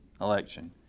election